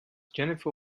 jennifer